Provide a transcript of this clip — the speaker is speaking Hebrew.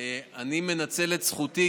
אני מנצל את זכותי,